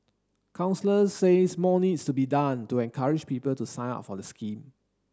counsellors says more needs to be done to encourage people to sign up for the scheme